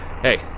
Hey